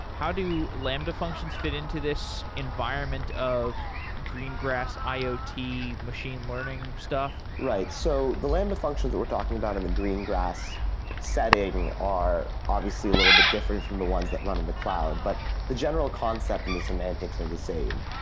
how do lambda functions fit into this environment of greengrass iot machine learning stuff? right. so the lambda functions that we're talking about in the greengrass setting are obviously a little bit different from the ones that run in the cloud, but the general concept and the semantics are the same.